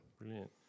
Brilliant